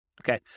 Okay